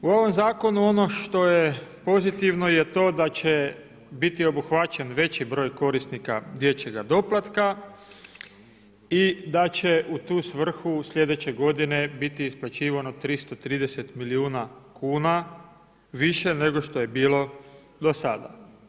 U ovom zakonu ono što je pozitivno je to da će biti obuhvaćen veći broj korisnika dječjega doplatka i da će u tu svrhu sljedeće godine biti isplaćivano 330 milijuna kuna više nego što je bilo do sada.